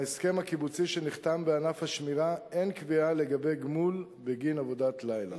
בהסכם הקיבוצי שנחתם בענף השמירה אין קביעה לגבי גמול בגין עבודת לילה.